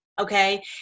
okay